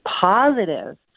positive